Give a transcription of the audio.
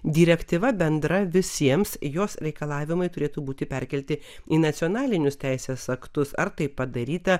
direktyva bendra visiems jos reikalavimai turėtų būti perkelti į nacionalinius teisės aktus ar tai padaryta